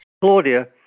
Claudia